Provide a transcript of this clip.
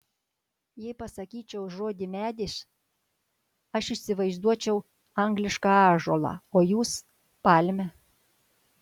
jei pasakyčiau žodį medis aš įsivaizduočiau anglišką ąžuolą o jūs palmę